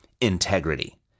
integrity